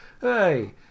hey